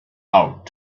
out